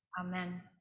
Amen